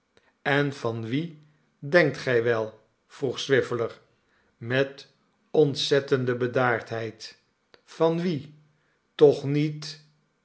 en van wie denkt gij wel vroeg swiveller met ontzettende bedaardheid van wie toch niet